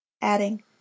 adding